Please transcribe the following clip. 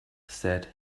said